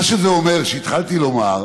מה שזה אומר, והתחלתי לומר,